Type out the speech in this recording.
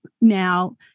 now